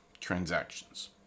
transactions